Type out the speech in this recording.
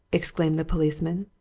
exclaimed the policeman.